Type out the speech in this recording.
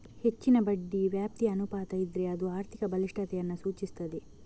ಹೆಚ್ಚಿನ ಬಡ್ಡಿ ವ್ಯಾಪ್ತಿ ಅನುಪಾತ ಇದ್ರೆ ಅದು ಆರ್ಥಿಕ ಬಲಿಷ್ಠತೆಯನ್ನ ಸೂಚಿಸ್ತದೆ